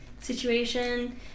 situation